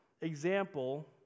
example